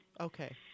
Okay